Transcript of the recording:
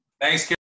thanks